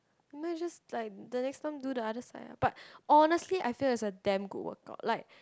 mine just like the next time do the other side ah but honestly I feel is a damn good workout like